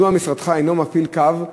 מדוע משרדך אינו מפעיל קו,